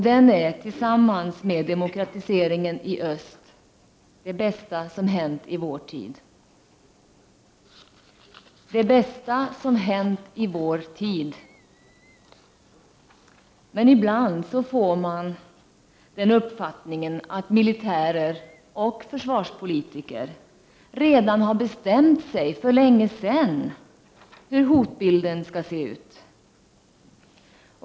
Den är, tillsammans med demokratiseringen i öst, det bästa som hänt i vår tid.” ”Det bästa som hänt i vår tid.” Men ibland får man den uppfattningen att militärer och försvarspolitiker redan för länge sedan har bestämt sig för hur hotbilden skall se ut.